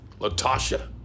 Latasha